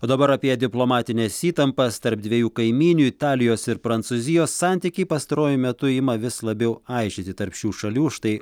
o dabar apie diplomatines įtampas tarp dviejų kaimynių italijos ir prancūzijos santykiai pastaruoju metu ima vis labiau aižėti tarp šių šalių štai